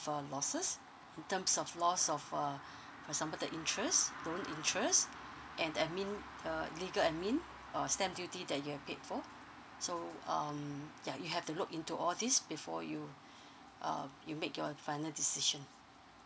uh losses in terms of loss of uh for example the interest loan interests and admin uh legal admin or stamp duty that you have paid for so um yeah you have to look into all these before you um you make your final decision